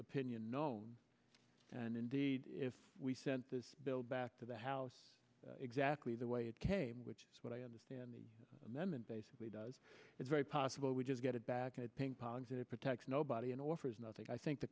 opinion known and indeed if we sent this bill back to the house exactly the way it came which is what i understand the amendment basically does it's very possible we just get it back at ping pong to protect nobody and offers nothing i think the